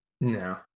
No